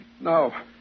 No